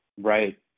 Right